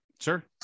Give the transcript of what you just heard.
Sure